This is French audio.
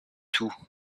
tout